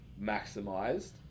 maximized